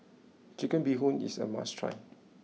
Chicken Bee Hoon is a must try